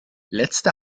letzte